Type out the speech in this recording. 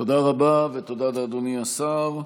תודה רבה ותודה לאדוני השר.